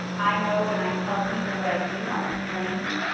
i know when i tell people what i do on a plane